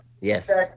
Yes